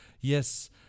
yes